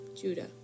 Judah